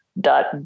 dot